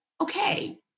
okay